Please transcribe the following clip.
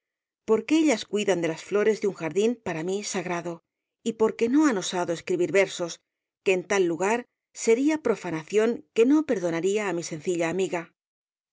porque ellas cuidan de las flores de un jardín para mí sagrado y porque no han osado escribir versos que en tal lugar sería profanación que no perdonaría á mi sencilla amiga